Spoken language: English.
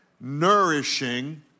nourishing